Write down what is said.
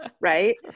right